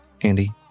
Andy